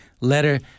letter